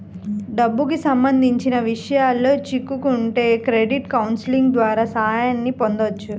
డబ్బుకి సంబంధించిన విషయాల్లో చిక్కుకుంటే క్రెడిట్ కౌన్సిలింగ్ ద్వారా సాయాన్ని పొందొచ్చు